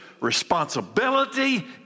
Responsibility